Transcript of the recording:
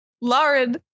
Lauren